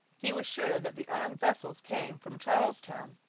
he was sure that the armed vessels came from charles town,